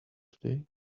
today